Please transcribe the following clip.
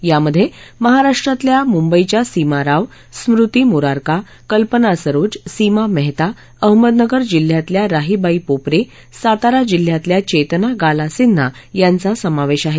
यामध्ये महाराष्ट्रातल्या मुंबईच्या सीमा राव स्मृती मोरारका कल्पना सरोज सीमा मेहता अहमदनगर जिल्ह्यातल्या राहीबाई पोपरे सातारा जिल्ह्यातल्या चेतना गाला सिन्हा यांचा समावेश आहे